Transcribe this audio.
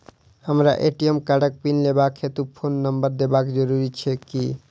हमरा ए.टी.एम कार्डक पिन लेबाक हेतु फोन नम्बर देबाक जरूरी छै की?